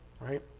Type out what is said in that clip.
Right